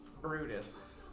Brutus